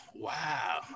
Wow